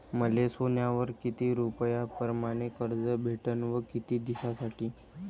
मले सोन्यावर किती रुपया परमाने कर्ज भेटन व किती दिसासाठी?